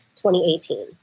2018